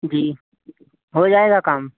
जी हो जाएगा काम